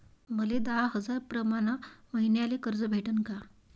मले दहा हजार प्रमाण मईन्याले कर्ज भेटन का?